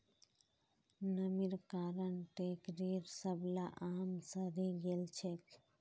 नमीर कारण टोकरीर सबला आम सड़े गेल छेक